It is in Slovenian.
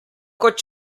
kot